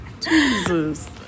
Jesus